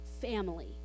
family